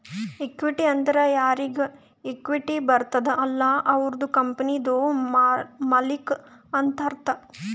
equity ಅಂದುರ್ ಯಾರಿಗ್ equity ಬರ್ತುದ ಅಲ್ಲ ಅವ್ರು ಕಂಪನಿದು ಮಾಲ್ಲಿಕ್ ಅಂತ್ ಅರ್ಥ